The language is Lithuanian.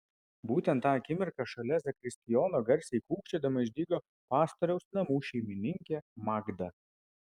būtent tą akimirką šalia zakristijono garsiai kūkčiodama išdygo pastoriaus namų šeimininkė magda